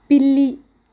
పిల్లి